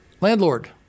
Landlord